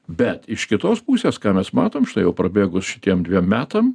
bet iš kitos pusės ką mes matom štai jau prabėgus šitiem dviem metams